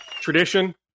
Tradition